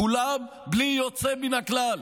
כולן בלי יוצאת מן הכלל,